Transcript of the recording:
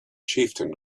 chieftain